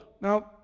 Now